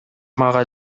мага